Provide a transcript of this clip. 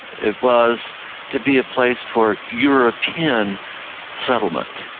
it was to be a place for european settlement.